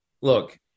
look